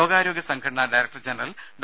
ലോകാരോഗ്യ സംഘടന director general ഡോ